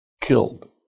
killed